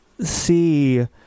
see